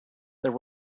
there